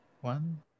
one